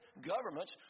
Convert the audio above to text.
governments